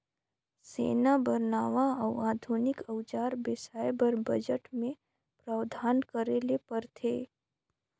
सेना बर नावां अउ आधुनिक अउजार बेसाए बर बजट मे प्रावधान करे ले परथे